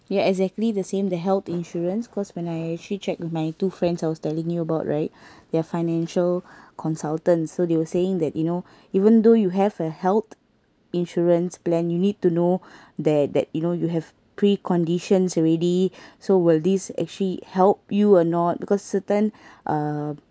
yeah exactly the same the health insurance cause when I actually checked with my two friends I was telling you about right they're financial consultant so they were saying that you know even though you have a health insurance plan you need to know that that you know you have pre conditions already so will this actually help you or not because certain uh